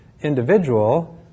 individual